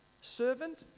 Servant